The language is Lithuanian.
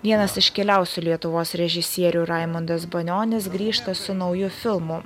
vienas iškiliausių lietuvos režisierių raimundas banionis grįžta su nauju filmu